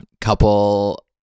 couple